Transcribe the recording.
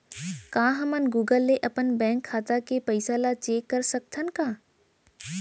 का हमन गूगल ले अपन बैंक खाता के पइसा ला चेक कर सकथन का?